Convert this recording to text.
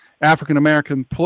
african-american